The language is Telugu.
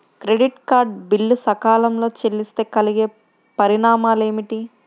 క్రెడిట్ కార్డ్ బిల్లు సకాలంలో చెల్లిస్తే కలిగే పరిణామాలేమిటి?